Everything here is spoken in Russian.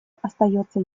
остается